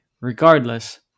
regardless